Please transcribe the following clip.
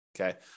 Okay